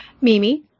Mimi